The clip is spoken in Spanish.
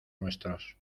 nuestros